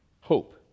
hope